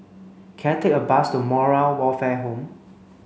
can I take a bus to Moral Welfare Home